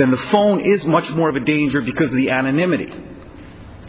then the phone is much more of a danger because the anonymity